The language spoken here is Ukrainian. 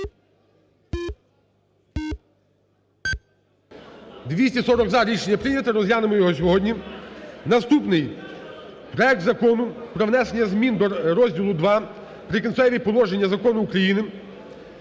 За-240 Рішення прийнято. Розглянемо його сьогодні. Наступний: проект Закону про внесення зміни до розділу ІІ "Прикінцеві положення" Закону України